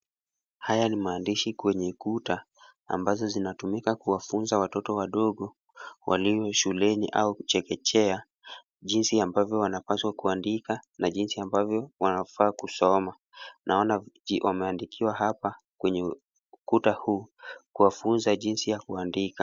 Haya ni maandishi kwenye kuta ambazo zinatumika kuwafunza watoto wadogo walio shuleni au chekechea jinsi ambavyo wanapaswa kuandika na jinsi ambavyo wanafaa kusoma, naona wameandikiwa hapa kwenye ukuta huu kuwafunza jinsi ya kuandika.